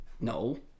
No